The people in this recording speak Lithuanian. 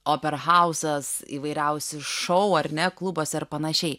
operheuzas įvairiausi šou ar ne klubuose ar panašiai